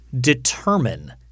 determine